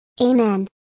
Amen